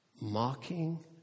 mocking